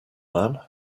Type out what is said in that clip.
man